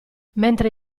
mentre